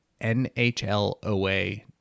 NHLOA